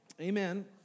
Amen